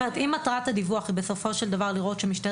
אם מטרת הדיווח היא בסופו של דבר לראות שמשטרת